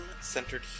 centered